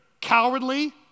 cowardly